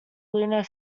lunar